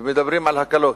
ומדברים על הקלות.